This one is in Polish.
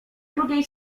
drugiej